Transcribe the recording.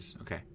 okay